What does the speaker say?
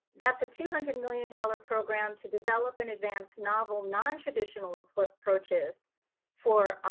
that's a two hundred million dollar program to develop and advance novel nontraditional ah approaches for,